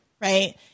right